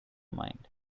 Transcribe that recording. mind